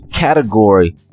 category